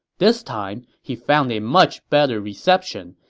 this time, he found a much better reception,